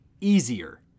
easier